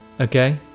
Okay